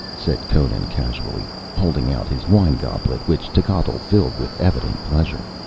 said conan casually, holding out his wine goblet which techotl filled with evident pleasure.